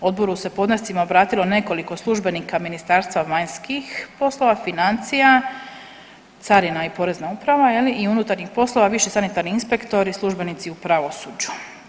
Odboru se podnescima obratilo nekoliko službenika Ministarstva vanjskih poslova, financija, Carina i Porezna uprava, je li, i unutarnjih poslova, viši sanitarni inspektori, službenici u pravosuđu.